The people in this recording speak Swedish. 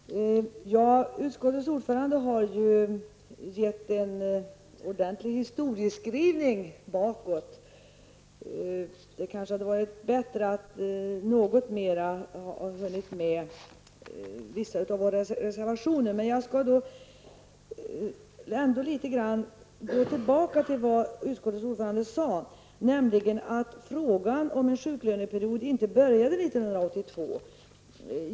Herr talman! Utskottets ordförande har ju gett en ordentlig historieskrivning bakåt. Det hade kanske varit bättre om hon något mera hunnit med vissa av våra reservationer. Jag skall återknyta något till vad utskottets ordförande sade. Frågan om en sjuklöneperiod kom inte upp första gången 1972.